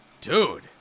dude